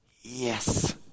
yes